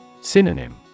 Synonym